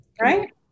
Right